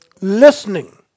Listening